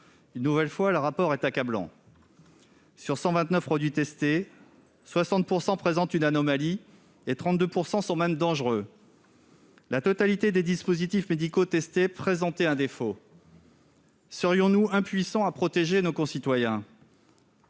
Une nouvelle fois, le rapport est accablant. Sur 129 produits testés, 60 % présentent une anomalie et 32 % sont même dangereux. La totalité des dispositifs médicaux testés présentaient un défaut. Serions-nous impuissants à protéger nos concitoyens ?